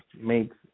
makes